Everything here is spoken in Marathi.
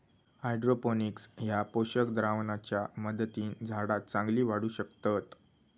हायड्रोपोनिक्स ह्या पोषक द्रावणाच्या मदतीन झाडा चांगली वाढू शकतत